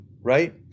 right